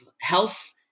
health